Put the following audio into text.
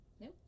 No